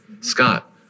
Scott